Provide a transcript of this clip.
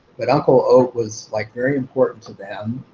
but uncle ot was like very important to them.